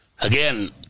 Again